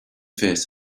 face